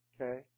Okay